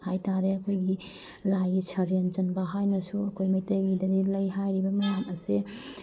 ꯍꯥꯏ ꯇꯥꯔꯦ ꯑꯩꯈꯣꯏꯒꯤ ꯂꯥꯏꯒꯤ ꯁꯔꯦꯟ ꯆꯟꯕ ꯍꯥꯏꯅꯁꯨ ꯑꯩꯈꯣꯏ ꯃꯩꯇꯩꯒꯤꯗꯗꯤ ꯂꯩ ꯍꯥꯏꯔꯤꯕ ꯃꯌꯥꯝ ꯑꯁꯦ